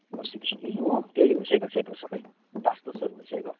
पर्सिदेखि ए हो तयारी भइसकेको खेतहरू सबै तासतुसहरू भइसकेको